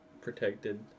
protected